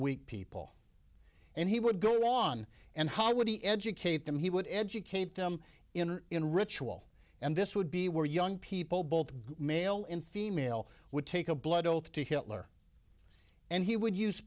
weak people and he would go on and how would he educate them he would educate them in in ritual and this would be where young people both male and female would take a blood oath to hitler and he would use